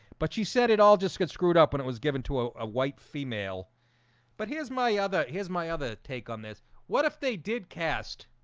but she said it all just gets screwed up when it was given to a ah white female but here's my other. here's my other take on this what if they did cast?